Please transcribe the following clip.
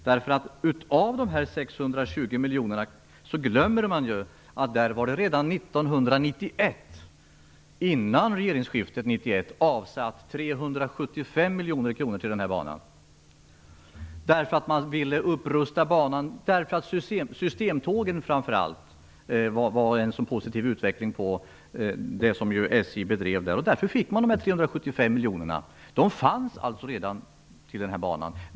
Man glömmer att det redan innan regeringsskiftet år 1991 av dessa 620 miljoner avsatts Banan skulle upprustas. Framför allt systemtågen var en positiv utveckling i den trafik som SJ bedrev, och därför fick men dessa 375 miljoner. De var redan avsatta till banan.